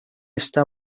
está